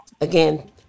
Again